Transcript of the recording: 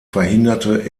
verhinderte